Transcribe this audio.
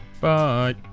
bye